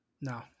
No